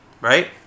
right